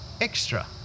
extra